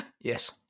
Yes